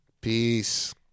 Peace